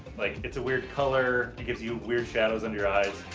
like, it's a weird color, it gives you weird shadows under your eyes.